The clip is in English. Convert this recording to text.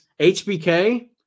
HBK